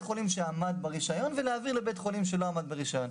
חולים שעמד ברישיון ולהעביר לבית חולים שלא עמד ברישיון.